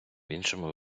іншому